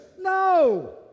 No